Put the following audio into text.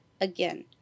Again